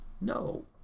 No